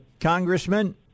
Congressman